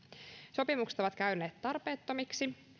sopimukset ovat käyneet tarpeettomiksi